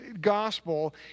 gospel